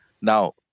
Now